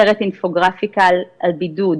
סרט אינפוגרפיקה על בידוד,